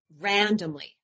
randomly